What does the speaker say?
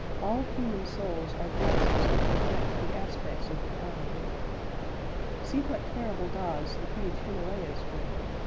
all human souls are glasses which reflect the aspects of the outer world see what terrible gods the huge himalayas bred!